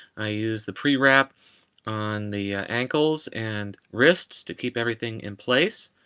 i use the pre-wrap on the ankles and wrists to keep everything in place.